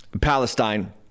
palestine